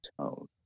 tone